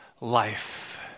life